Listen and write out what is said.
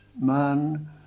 man